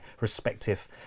respective